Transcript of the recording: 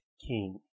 king